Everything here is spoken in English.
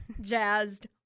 jazzed